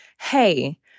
Hey